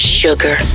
sugar